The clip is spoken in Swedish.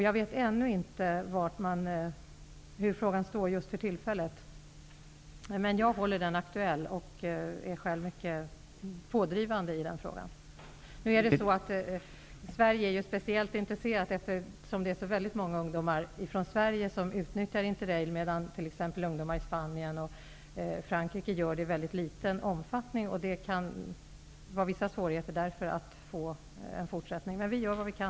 Jag vet ännu inte hur läget är just för tillfället. Men jag håller frågan aktuell och är själv mycket pådrivande i det sammanhanget. Sverige är ju speciellt intresserat. Det är väldigt många ungdomar från Sverige som utnyttjar Interrailkortet, medan ungdomar i t.ex. Spanien och Frankrike gör det i mycket liten omfattning. Det kan därför vara vissa svårigheter att få en fortsättning av Interrailkortet. Men vi gör vad vi kan.